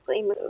move